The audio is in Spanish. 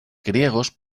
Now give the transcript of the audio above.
griegos